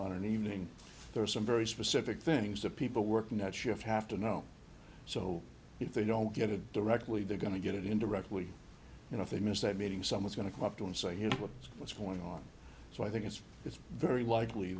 for an evening there are some very specific things that people working that shift have to know so if they don't get it directly they're going to get it indirectly you know if they miss that meeting someone's going to come up to and say here's what's going on so i think it's it's very likely